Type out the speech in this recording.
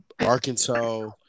Arkansas